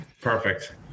Perfect